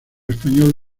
español